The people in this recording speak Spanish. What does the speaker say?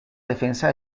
defensa